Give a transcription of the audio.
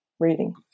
reading